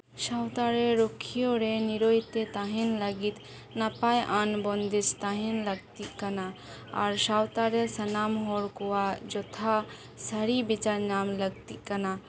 ᱥᱟᱶᱛᱟᱨᱮ ᱨᱩᱠᱷᱤᱭᱟᱹ ᱨᱮ ᱱᱤᱨᱟᱹᱭ ᱛᱮ ᱛᱟᱦᱮᱱ ᱞᱟᱹᱜᱤᱫ ᱱᱟᱯᱟᱭ ᱟᱱ ᱵᱚᱱᱫᱮᱡᱽ ᱛᱟᱦᱮᱱ ᱞᱟᱹᱠᱛᱤᱜ ᱠᱟᱱᱟ ᱟᱨ ᱥᱟᱶᱛᱟ ᱨᱮ ᱥᱟᱱᱟᱢ ᱦᱚᱲ ᱠᱚᱣᱟᱜ ᱡᱚᱛᱷᱟ ᱥᱟᱹᱨᱤ ᱵᱤᱪᱟᱨ ᱧᱟᱢ ᱞᱟᱹᱠᱛᱤᱜ ᱠᱟᱱᱟ